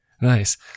Nice